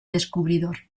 descubridor